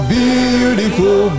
beautiful